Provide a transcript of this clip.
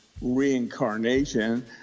reincarnation